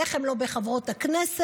איך הן לא בין חברות הכנסת?